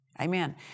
Amen